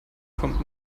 kommt